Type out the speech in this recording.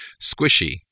squishy